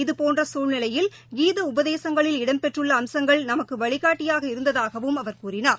இதுபோன்றசூழ்நிலையில் கீதஉபதேசங்களில் இடம்பெற்றுள்ளஅம்சங்கள் நமக்குவழிகாட்டியாக இருந்ததாகவும் அவர் கூறினார்